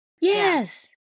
Yes